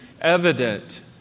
evident